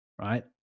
right